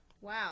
Wow